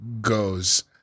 Goes